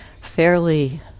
fairly